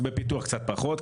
אבל בפיתוח קצת פחות.